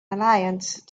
alliance